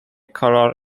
color